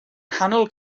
nghanol